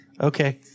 Okay